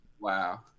Wow